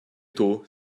tôt